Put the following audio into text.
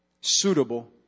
suitable